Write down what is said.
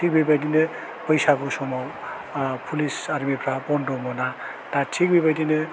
थि बेबायदिनो बैसागु समाव आह पुलिस आरमिफ्रा बन्द' मोना दा थिग बेबायदिनो